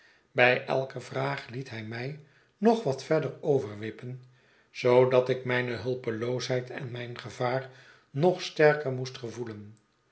bij elke vraag liet hij mij nog wat verder overwippen zoodat ik mijne hulpeloosheid en mijn gevaar nog sterker moest gevoelen